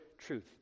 truth